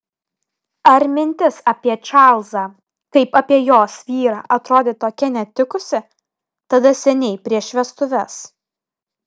ar mintis apie čarlzą kaip apie jos vyrą atrodė tokia netikusi tada seniai prieš vestuves